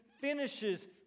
finishes